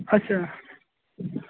اَچھا